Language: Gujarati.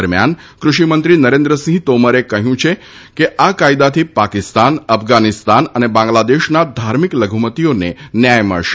દરમિયાન ફષિમંત્રી નરેન્દ્રસિંહ તોમરે કહ્યું હતું કે આ કાયદાથી પાકિસ્તાન અફઘાનિસ્તાન અને બાંગ્લાદેશના ધાર્મિક લધુમતીઓને ન્યાય મળશે